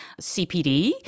CPD